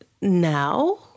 now